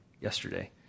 yesterday